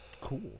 cool